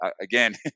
again